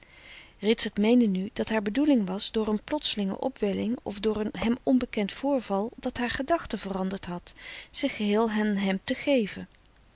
ritsert meende nu dat haar bedoeling was door een plotselinge opwelling of door een hem onbekend voorval dat haar gedachten veranderd had zich geheel aan hem te geven